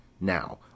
Now